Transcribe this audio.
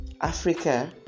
Africa